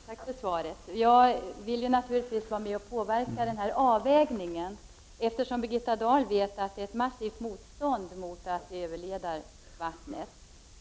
Herr talman! Tack för svaret! Jag vill naturligtvis vara med och påverka den här avvägningen, eftersom Birgitta Dahl vet att det är ett massivt motstånd mot att överleda vattnet,